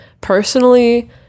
personally